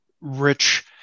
rich